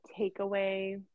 takeaway